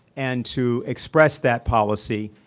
and to express that policy